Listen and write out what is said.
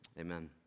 Amen